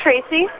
Tracy